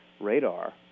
radar